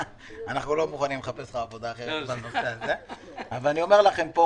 אנחנו לא מוכנים לחפש לך עבודה אחרת בנושא הזה אבל אני אומר לכם פה,